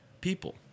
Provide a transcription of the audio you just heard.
people